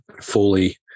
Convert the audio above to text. fully